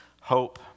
hope